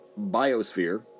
biosphere